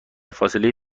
فاصله